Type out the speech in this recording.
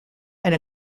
and